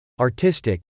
artistic